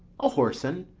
a whoreson,